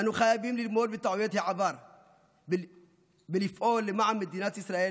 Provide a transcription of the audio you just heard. אנו חייבים ללמוד מטעויות העבר ולפעול למען מדינת ישראל